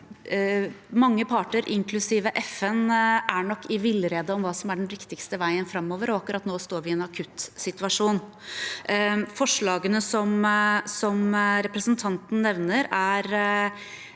mange parter, inklusiv FN, er nok i villrede om hva som er den riktigste veien framover. Akkurat nå står vi i en akutt situasjon. Forslagene som representanten nevner,